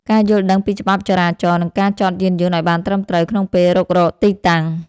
ការយល់ដឹងពីច្បាប់ចរាចរណ៍ និងការចតយានយន្តឱ្យបានត្រឹមត្រូវក្នុងពេលរុករកទីតាំង។